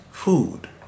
Food